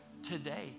Today